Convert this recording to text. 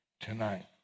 tonight